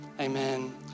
amen